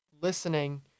listening